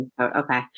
Okay